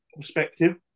perspective